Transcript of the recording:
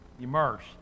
immersed